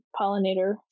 pollinator